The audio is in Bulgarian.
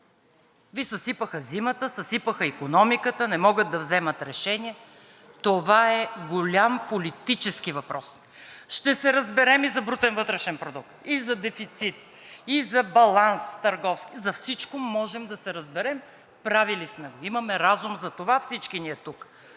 Ви съсипаха зимата, съсипаха икономиката, не могат да вземат решение. Това е голям политически въпрос. Ще се разберем ли за брутен вътрешен продукт и за дефицит, и за търговски баланс – за всичко можем да се разберем, правили сме го, имаме разум за това всички ние тук.